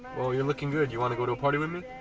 well you're looking good. you wanna go to a party with me?